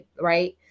right